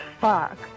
fuck